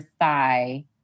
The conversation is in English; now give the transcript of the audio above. thigh